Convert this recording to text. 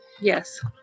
yes